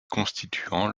constituant